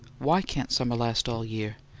why can't summer last all year?